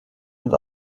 und